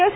S